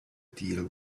deal